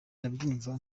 ndabyumva